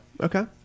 Okay